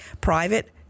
private